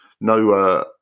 No